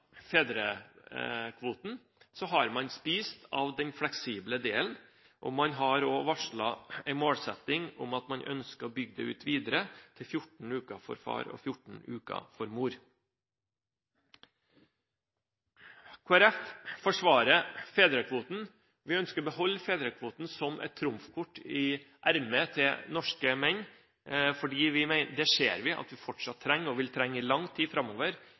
man ønsker å bygge det ut videre til 14 uker for far og 14 uker for mor. Kristelig Folkeparti forsvarer fedrekvoten. Vi ønsker å beholde fedrekvoten som et trumfkort i ermet til norske menn. Det ser vi at vi fortsatt trenger, og det vil vi trenge i lang tid framover,